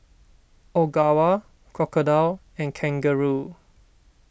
Ogawa Crocodile and Kangaroo